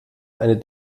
eine